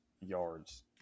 yards